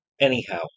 anyhow